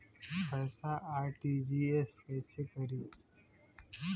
पैसा आर.टी.जी.एस कैसे करी?